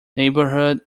neighborhood